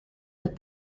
that